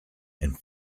and